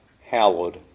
hallowed